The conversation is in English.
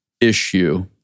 issue